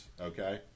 okay